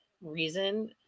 reason